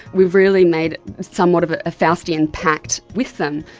we've really made somewhat of a faustian pact with them.